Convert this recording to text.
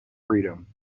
freedom